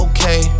Okay